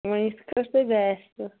وۅنۍ یِتھٕ پٲٹھۍ تۄہہِ باسہِ